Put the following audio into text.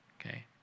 okay